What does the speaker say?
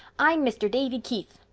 i'm mr. davy keith.